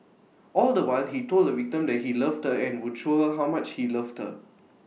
all the while he told the victim that he loved her and would show her how much he loved her